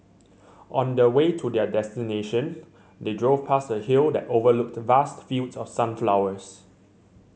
on the way to their destination they drove past a hill that overlooked vast fields of sunflowers